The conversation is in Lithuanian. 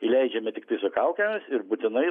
įleidžiame tiktai su kaukėmis ir būtinai